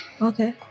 Okay